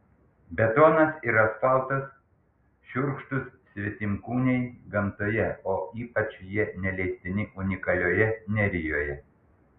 betonas ir asfaltas šiurkštūs svetimkūniai gamtoje o ypač jie neleistini unikalioje nerijoje